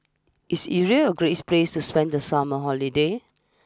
is Israel Grace place to spend the summer holiday